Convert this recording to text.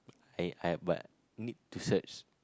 I I but need to search